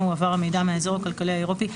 הועבר המידע מהאזור הכלכלי האירופי,